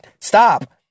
Stop